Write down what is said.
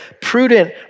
prudent